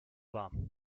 warm